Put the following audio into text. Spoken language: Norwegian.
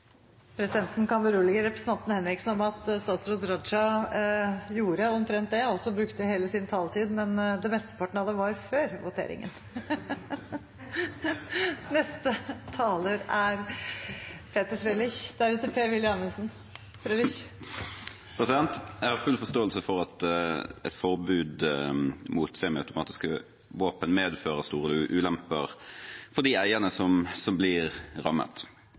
Presidenten kan berolige representanten Henriksen med at statsråd Raja brukte omtrent hele sin taletid, men mesteparten var før voteringen. Jeg har full forståelse for at et forbud mot semiautomatiske våpen medfører store ulemper for de eierne som blir rammet.